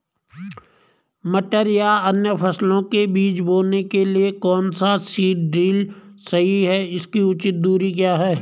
मटर या अन्य फसलों के बीज बोने के लिए कौन सा सीड ड्रील सही है इसकी उचित दूरी क्या है?